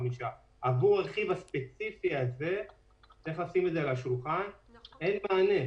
עבור הרכיב הספציפי הזה אין מענה,